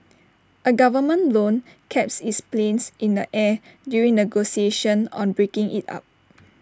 A government loan kept its planes in the air during negotiations on breaking IT up